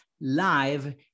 live